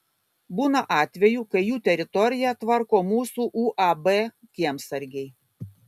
būna atvejų kai jų teritoriją tvarko mūsų uab kiemsargiai